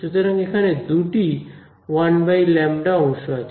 সুতরাং এখানে দুটি lλ অংশ আছে